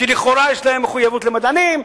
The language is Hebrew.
שלכאורה יש להם מחויבות למדענים.